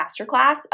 masterclass